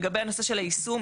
לגבי הנושא של היישום,